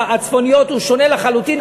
זה שונה לחלוטין,